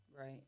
Right